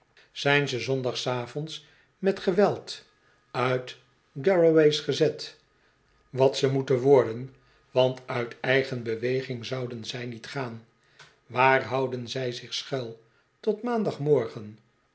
zijn ze zondag s avonds met geweld uit garraway's gezet wat ze moeten een reiziger die geen handel drijft worden want uit eigen beweging zouden zij niet gaan waar houden zij zich schuil tot maandagmorgen